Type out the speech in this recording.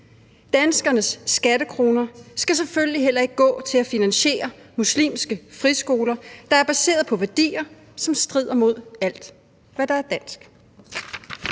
Danskernes skattekroner skal selvfølgelig heller ikke gå til at finansiere muslimske friskoler, der er baseret på værdier, som strider mod alt, hvad der er dansk.